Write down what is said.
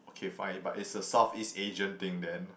okay fine but it's a Southeast Asian thing then